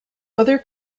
other